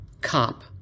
COP